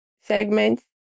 segments